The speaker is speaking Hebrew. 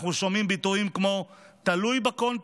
אנחנו שומעים ביטויים כמו: תלוי בקונטקסט,